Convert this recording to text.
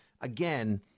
again